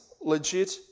legit